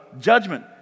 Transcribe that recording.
judgment